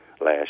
last